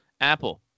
Apple